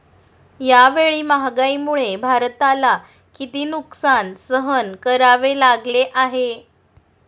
यावेळी महागाईमुळे भारताला किती नुकसान सहन करावे लागले आहे?